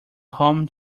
home